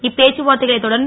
இப்பேச்சுவார்த்தைகளைத் தொடர்ந்து